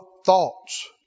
thoughts